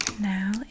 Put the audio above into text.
now